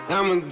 I'ma